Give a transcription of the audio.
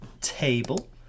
table